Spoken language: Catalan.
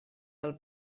del